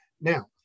Now